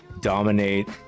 dominate